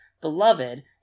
beloved